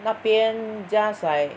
那边 just like